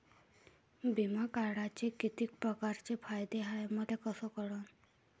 बिमा काढाचे कितीक परकारचे फायदे हाय मले कस कळन?